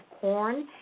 corn